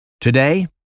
Today